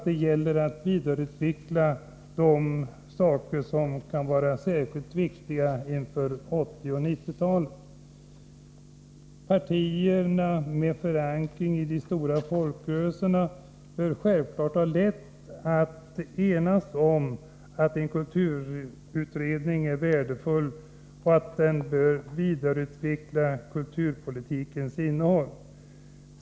Det gäller att vidareutveckla de saker som kan vara särskilt viktiga inför 1980 och 1990-talen. Partierna med förankring i de stora folkrörelserna bör självfallet ha lätt för att enas om att en kulturutredning är värdefull och att den bör vidareutveckla kulturpolitikens innehåll.